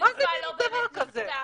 והתעופה לא באמת נפתחת.